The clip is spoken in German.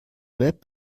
web